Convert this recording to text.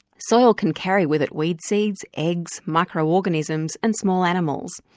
soil can carry with it weed seeds, eggs, micro-organisms and small animals.